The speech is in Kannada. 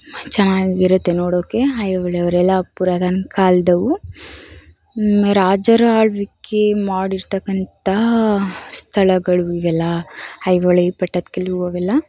ಚೆನ್ನಾಗಿರುತ್ತೆ ನೋಡೋಕ್ಕೆ ಐಹೊಳೆ ಅವರೆಲ್ಲ ಪುರಾತನ ಕಾಲದವು ರಾಜರ ಆಳ್ವಿಕೆ ಮಾಡಿರತಕ್ಕಂತಹ ಸ್ಥಳಗಳು ಇವೆಲ್ಲ ಐಹೊಳೆ ಪಟ್ಟದಕಲ್ಲು ಅವೆಲ್ಲ